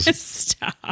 Stop